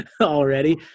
already